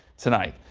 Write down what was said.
tonight.